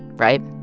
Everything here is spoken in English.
right?